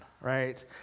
right